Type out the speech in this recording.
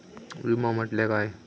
विमा म्हटल्या काय?